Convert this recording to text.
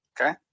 Okay